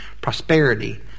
prosperity